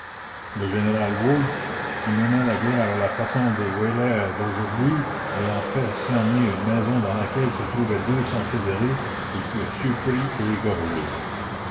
le général wolf qui menait la guerre à la façon des weyler d'aujourd'hui ayant fait cerner une maison dans laquelle se trouvaient deux cents fédérés ils furent surpris et égorgés